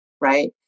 right